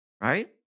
right